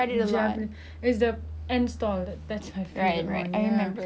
ya I remember I asked them before maggi apa dia orang pakai just cause